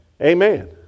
Amen